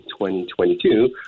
2022